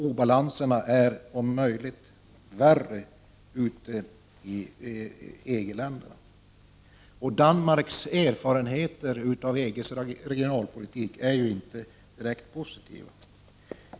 Obalanserna är om möjligt värre i EG-länderna, och Danmarks erfarenheter av EG:s regionalpolitik är inte direkt positiva.